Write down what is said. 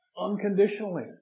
unconditionally